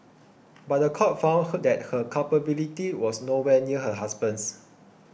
but the court found that her culpability was nowhere near her husband's